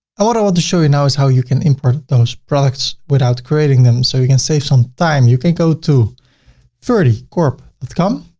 what i want to show you now is how you can import those products without creating them. so you can save some time. you can go to ferdykorp com,